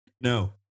No